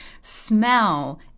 smell